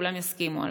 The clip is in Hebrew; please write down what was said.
שכולם יסכימו עליו.